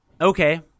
Okay